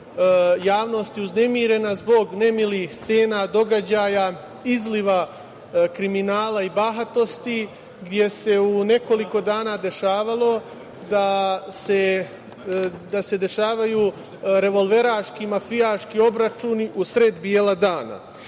javnost je uznemirena zbog nemilih scena, događaja, izliva kriminala i bahatosti, gde se u nekoliko dana dešavalo da se dešavaju revolveraški mafijaški obračuni u sred bela dana. Ono